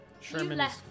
Sherman's